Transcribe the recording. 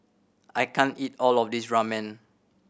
I can't eat all of this Ramen